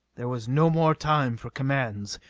there was no more time for commands.